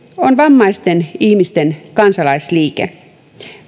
on vammaisten ihmisten kansalaisliike